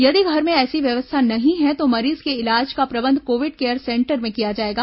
यदि घर में ऐसी व्यवस्था नहीं है तो मरीज के इलाज का प्रबंध कोविड केयर सेंटर में किया जाएगा